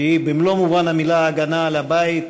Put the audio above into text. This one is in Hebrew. שהיא במלוא מובן המילה הגנה על הבית.